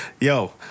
Yo